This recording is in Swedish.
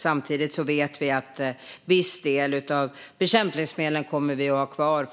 Samtidigt vet vi att en viss del av bekämpningsmedlen kommer vi att ha kvar, helt enkelt